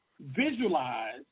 visualize